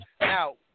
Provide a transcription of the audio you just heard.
Now